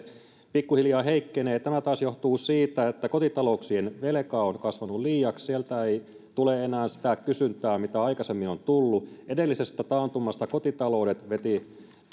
pikkuhiljaa heikkenee tämä taas johtuu siitä että kotitalouksien velka on kasvanut liiaksi sieltä ei tule enää sitä kysyntää mitä aikaisemmin on tullut edellisestä taantumasta kotitaloudet vetivät